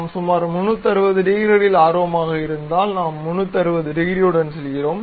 நாம் சுமார் 360 டிகிரிகளில் ஆர்வமாக இருந்தால் நாம் 360 டிகிரியுடன் செல்கிறோம்